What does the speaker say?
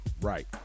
Right